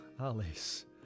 Alice